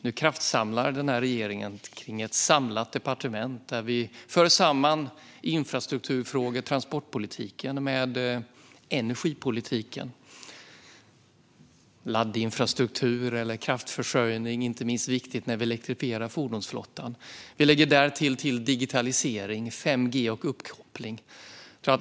Nu kraftsamlar den här regeringen kring ett samlat departement där vi för samman infrastrukturfrågor och transportpolitiken med energipolitiken. Laddinfrastruktur eller kraftförsörjning är inte minst viktigt när vi elektrifierar fordonsflottan. Vi lägger dessutom till digitalisering, 5G och uppkoppling.